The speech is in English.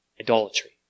idolatry